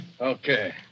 Okay